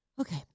Okay